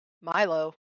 Milo